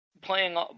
playing